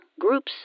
Groups